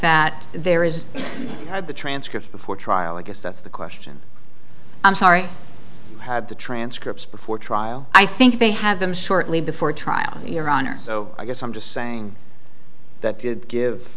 that there is a transcript before trial i guess that's the question i'm sorry the transcripts before trial i think they had them shortly before trial your honor so i guess i'm just saying that to give